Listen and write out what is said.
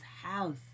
house